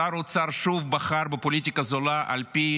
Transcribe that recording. שר האוצר שוב בחר בפוליטיקה זולה על פני